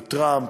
הוא טראמפ,